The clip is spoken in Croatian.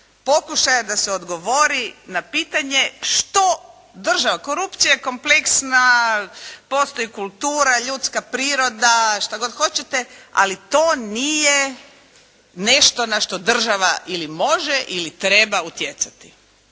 pokušaja da se odgovori na pitanje što država, korupcija je kompleksna, postoji kultura, ljudska priroda, što god hoćete, ali to nije nešto na što država ili može ili treba utjecati.